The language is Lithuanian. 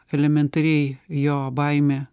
elementariai jo baimė